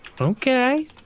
okay